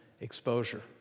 exposure